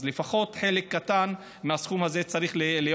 אז לפחות חלק קטן מהסכום הזה צריך להיות